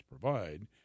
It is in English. provide